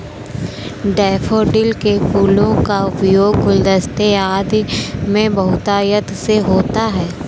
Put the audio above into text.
daffodil के फूलों का उपयोग गुलदस्ते आदि में बहुतायत से होता है